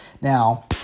Now